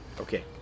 Okay